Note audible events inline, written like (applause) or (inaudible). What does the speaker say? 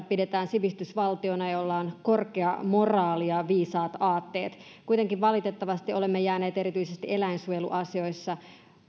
(unintelligible) pidetään sivistysvaltiona jolla on korkea moraali ja viisaat aatteet kuitenkin valitettavasti olemme erityisesti eläinsuojeluasioissa jääneet jälkeen